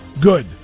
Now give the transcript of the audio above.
Good